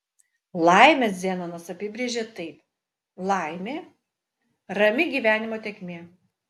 laimę zenonas apibrėžė taip laimė rami gyvenimo tėkmė